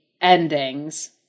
endings